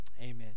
amen